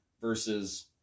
versus